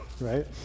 right